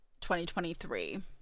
2023